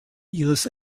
ihres